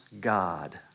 God